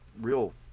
real